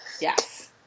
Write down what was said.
Yes